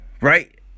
Right